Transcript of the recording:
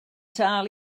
dal